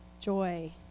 joy